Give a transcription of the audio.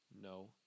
No